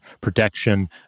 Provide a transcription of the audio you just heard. protection